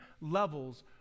levels